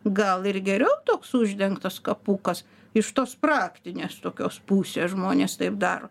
gal ir geriau toks uždengtas kapukas iš tos praktinės tokios pusės žmonės taip daro